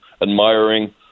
admiring